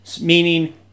meaning